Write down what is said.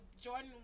Jordan